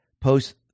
Post